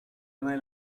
mai